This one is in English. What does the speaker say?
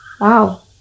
Wow